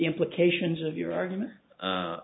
implications of your argument